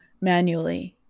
manually